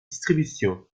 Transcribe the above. distribution